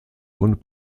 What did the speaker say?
und